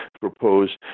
propose